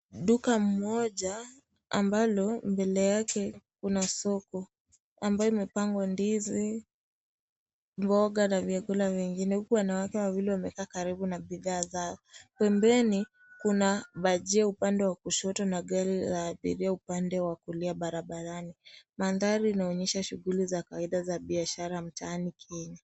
Duka moja ambalo mbele yake kuna soko ambayo imepangwa ndizi, mboga na vyakula vingine huku wanawake wawili wamekaa karibu na bidhaa zao. Pembeni kuna bajia upande wa kushoto na gari la abiria upande wa kulia barabarani. Mandhari inaonyesha shughuli za kawaida za biashara mtaani Kenya.